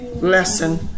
lesson